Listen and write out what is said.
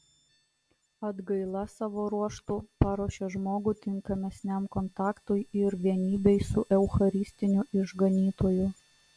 atgaila savo ruožtu paruošia žmogų tinkamesniam kontaktui ir vienybei su eucharistiniu išganytoju